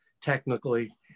technically